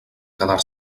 quedar